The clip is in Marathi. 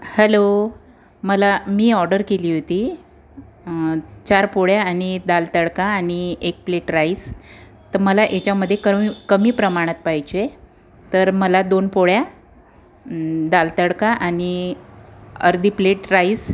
हॅलो मला मी ऑर्डर केली होती चार पोळ्या आणि दाल तडका आणि एक प्लेट राईस तर मला ह्याच्यामध्ये करून कमी प्रमाणात पाहिजे तर मला दोन पोळ्या दाल तडका आणि अर्धी प्लेट राईस